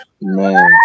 Man